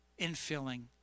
infilling